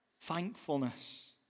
Thankfulness